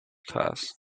cass